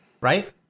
right